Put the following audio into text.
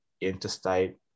interstate